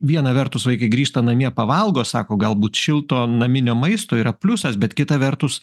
viena vertus vaikai grįžta namie pavalgo sako galbūt šilto naminio maisto yra pliusas bet kita vertus